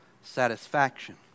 satisfaction